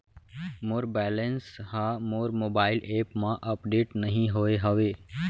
मोर balance हा मोर mobile app मा अपडेट नहीं होय हवे